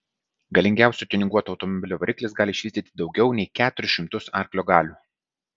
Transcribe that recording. galingiausio tiuninguoto automobilio variklis gali išvystyti daugiau nei keturis šimtus arklio galių